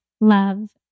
love